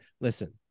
Listen